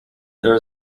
there